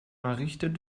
errichtet